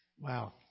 Wow